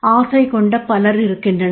ஆசை கொண்ட பலர் இருக்கின்றனர்